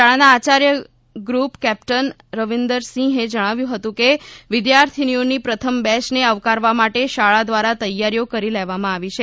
શાળાના આચાર્ય group captain રવિન્દરસિંહે જણાવ્યું હતું કે વિદ્યાર્થિનીઓની પ્રથમ બેચને આવકારવા માટે શાળા દ્વારા તૈયારીઓ કરી લેવામાં આવી છે